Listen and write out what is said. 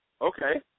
Okay